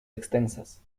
extensas